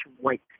white